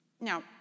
Now